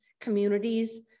communities